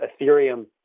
Ethereum